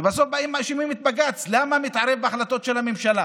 ובסוף באים ומאשימים את בג"ץ שהוא מתערב בהחלטות של הממשלה